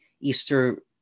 Easter